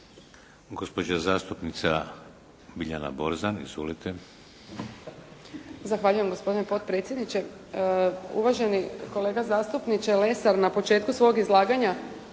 Gospođa zastupnica Biljana Borzan. Izvolite.